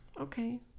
Okay